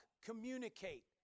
communicate